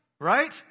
right